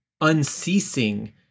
unceasing